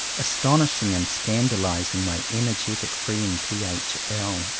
astonishing and scandalizing my energetic friend t. h. l.